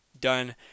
done